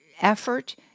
effort